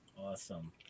awesome